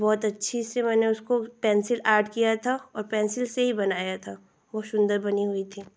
बहुत अच्छे से मैंने उसको पेन्सिल आर्ट किया था और पेन्सिल से ही बनाया था बहुत सुन्दर बना हुआ था